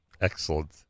Excellent